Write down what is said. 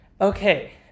Okay